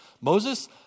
Moses